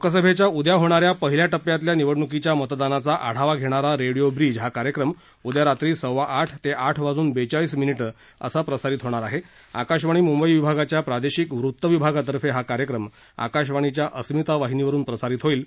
लोकसभख्या उद्या होणा या पहिल्या टप्प्यातल्या निवडणुकीच्या मतदानाचा आढावा घप्तिरा रडिओ ब्रीज हा कार्यक्रम उद्या रात्री सव्वा आठ तखाठ वाजून बघाळीस मिनिटं असा प्रसारित होणार आह आकाशवाणी मुंबई विभागाच्या प्रादश्रिक वृत्तविभागातर्फे हा कार्यक्रम आकाशवाणीच्या अस्मिता वाहिनीवरुन प्रसारित होईल